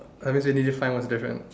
I guess you need to find what's the difference